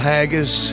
Haggis